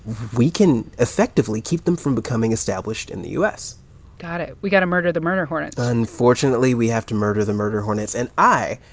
we can effectively keep them from becoming established in the u s got it. we got to murder the murder hornet unfortunately, we have to murder the murder hornets. and i,